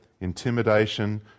intimidation